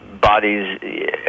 bodies